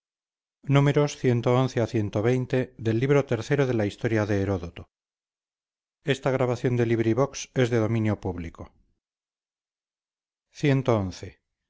de la discreción de